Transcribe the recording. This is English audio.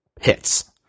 hits